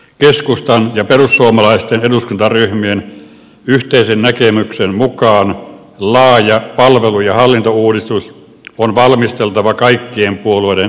keskustan ja perussuomalaisten eduskuntaryhmien yhteisen näkemyksen mukaan laaja palvelu ja hallintouudistus on valmisteltava kaikkien puolueiden yhteistyönä